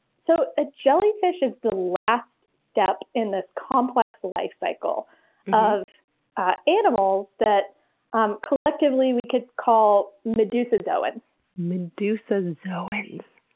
so a jellyfish is the last step in this complex life cycle of animals that um collectively we could call medusozoans. medusozoans!